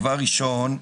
דבר ראשון,